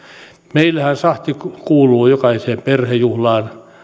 meillähän sahti kuuluu jokaiseen perhejuhlaan